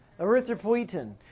Erythropoietin